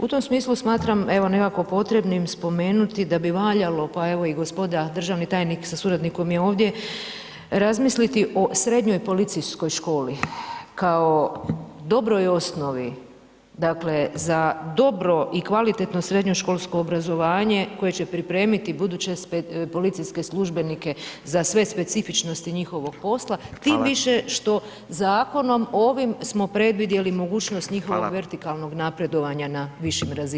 U tom smislu smatram evo nekako potrebnim spomenuti da bi valjalo, pa evo i gospoda državni tajnik sa suradnikom je ovdje, razmisliti o Srednjoj policijskoj školi kao dobroj osnovi, dakle, za dobro i kvalitetno srednješkolsko obrazovanje koje će pripremiti buduće policijske službenike za sve specifičnosti njihovog posla [[Upadica: Hvala]] tim više što zakonom ovim smo predvidjeli mogućnost njihovog [[Upadica: Hvala]] vertikalnog napredovanja na višim razinama.